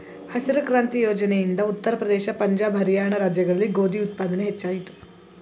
ಹಸಿರು ಕ್ರಾಂತಿ ಯೋಜನೆ ಇಂದ ಉತ್ತರ ಪ್ರದೇಶ, ಪಂಜಾಬ್, ಹರಿಯಾಣ ರಾಜ್ಯಗಳಲ್ಲಿ ಗೋಧಿ ಉತ್ಪಾದನೆ ಹೆಚ್ಚಾಯಿತು